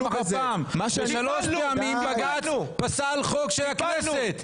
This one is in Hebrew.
שלוש פעמים בג"צ פסל חוק של הכנסת.